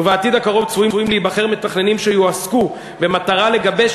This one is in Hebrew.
ובעתיד הקרוב צפויים להיבחר מתכננים שיועסקו במטרה לגבש